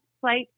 flight